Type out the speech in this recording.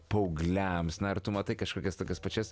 paaugliams na ar tu matai kažkokias tokias pačias